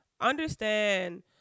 understand